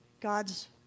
God's